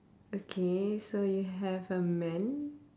okay so you have a man